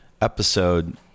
episode